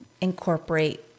incorporate